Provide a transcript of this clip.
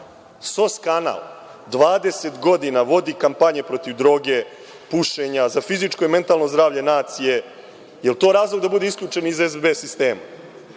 SOS kanal 20 godina vodi kampanje protiv droge, pušenja, za fizičko i mentalno zdravlje nacije. Da li je to razlog da bude isključen iz SBB